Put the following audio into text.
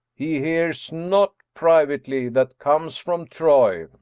he hears nought privately that comes from troy.